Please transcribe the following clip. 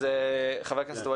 חברי הכנסת.